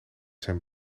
zijn